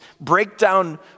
breakdown